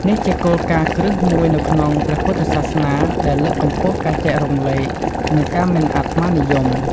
សាមគ្គីភាពសហគមន៍ ជាការទទួលភ្ញៀវបែបនេះជួយពង្រឹងចំណងមិត្តភាព និងសាមគ្គីភាពក្នុងសហគមន៍ពុទ្ធសាសនិក។